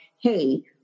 hey